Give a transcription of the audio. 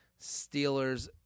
Steelers